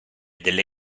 delle